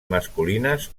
masculines